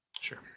sure